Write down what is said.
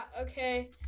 okay